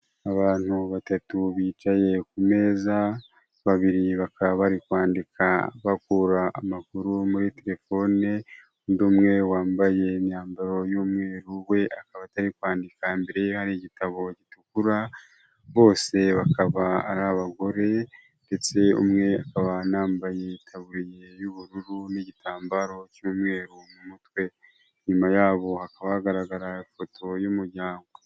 Abantu batatu bicaye ku meza babiri bakaba bari kwandi bakura amakuru muri telefone ,undi umwe wambaye imyambaro y'umweru we akaba atari kwandika imbere n'igitabo gitukura ,bose bakaba abagore ndetse umwe akaba yambaye itaburiya y'ubururu n'igitambaro cy'umweru mu mutwe nyuma yabo hakaba hagaragara ifoto y'umuryango.